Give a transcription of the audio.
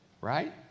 right